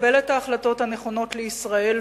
תקבל את ההחלטות הנכונות לישראל,